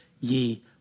ye